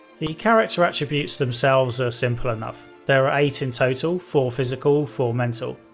the character attributes themselves are simple enough. there are eight in total, four physical, four mental.